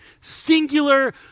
singular